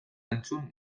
entzun